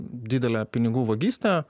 didele pinigų vagyste